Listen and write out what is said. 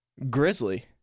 Grizzly